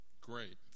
great